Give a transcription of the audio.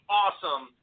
awesome